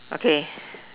okay